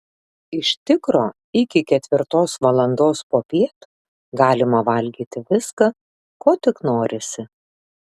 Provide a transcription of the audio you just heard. iš tikro iki ketvirtos valandos popiet galima valgyti viską ko tik norisi